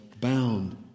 bound